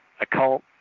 occult